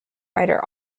writer